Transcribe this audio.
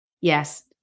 Yes